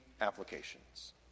applications